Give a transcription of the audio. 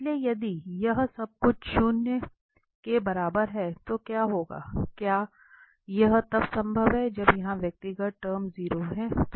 इसलिए यदि यह सब कुछ शून्य 0 के बराबर है तो क्या होगा क्या यह तब संभव है जब यहां व्यक्तिगत टर्म 0 हैं